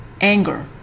anger